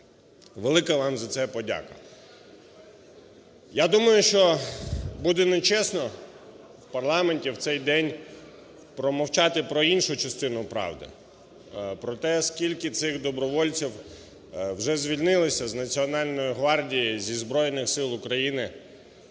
Велика вам за це подяка! Я думаю, що буде нечесно в парламенті в цей день промовчати про іншу частину правди, про те, скільки цих добровольців вже звільнилися з Національної гвардії, зі Збройних Сил України,